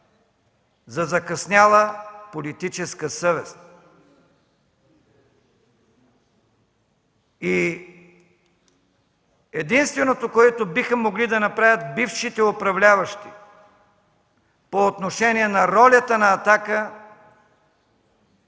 за закъсняла политическа съвест. Единственото, което биха могли да направят бившите управляващи по отношение на ролята на „Атака”,